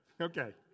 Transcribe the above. okay